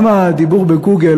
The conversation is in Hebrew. גם הדיבור בגוגל,